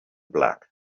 black